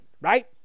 right